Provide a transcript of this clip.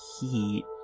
heat